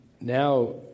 now